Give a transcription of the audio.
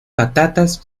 patatas